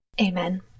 Amen